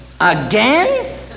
again